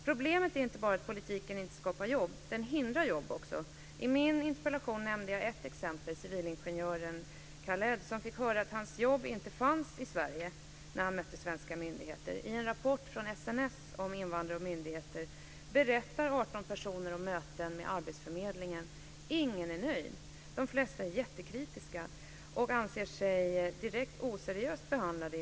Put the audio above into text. Problemet är inte bara att politiken inte skapar jobb. Den hindrar jobb också. I min interpellation nämnde jag ett exempel, civilingenjören Khaled, som när han mötte svenska myndigheter fick höra att hans jobb inte fanns i Sverige. I en rapport från SNS om invandrare och myndigheter berättar 18 personer om möten med arbetsförmedlingen. Ingen är nöjd. De flesta är jättekritiska och anser sig i vissa fall direkt oseriöst behandlade.